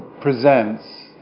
presents